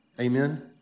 Amen